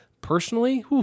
personally